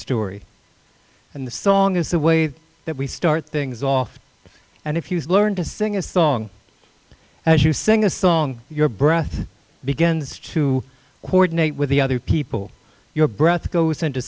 story and the song is the way that we start things off and if you learn to sing a song as you sing a song your breath begins to coordinate with the other people your breath goes into